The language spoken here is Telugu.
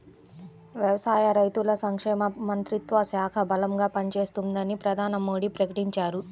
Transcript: వ్యవసాయ, రైతుల సంక్షేమ మంత్రిత్వ శాఖ బలంగా పనిచేస్తుందని ప్రధాని మోడీ ప్రకటించారు